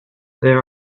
there